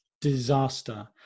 disaster